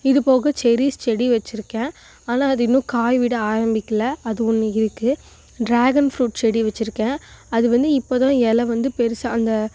இதுபோக செரிஸ் செடி வச்சிருக்கேன் ஆனால் அது இன்னும் காய் விட ஆரம்பிக்கலை அது ஒன்று இருக்கு டிராகன் ஃப்ரூட் செடி வச்சிருக்கேன் அது வந்து இப்போ தான் இல வந்து பெருசாக அந்த